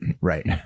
Right